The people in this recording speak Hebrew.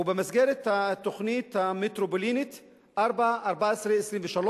ובמסגרת התוכנית המטרופולינית 4/14/23,